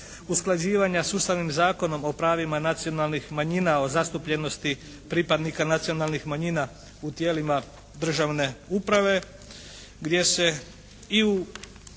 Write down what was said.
usklađivanja s Ustavnim zakonom o pravima nacionalnih manjina o zastupljenosti pripadnika nacionalnih manjina u tijelima državne uprave gdje se i u